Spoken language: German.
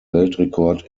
weltrekord